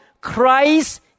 Christ